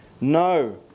No